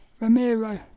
Ramiro